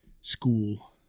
school